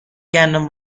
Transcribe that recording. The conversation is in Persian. گندم